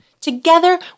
Together